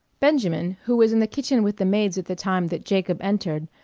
benjamin, who was in the kitchen with the maids at the time that jacob entered,